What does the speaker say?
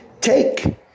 take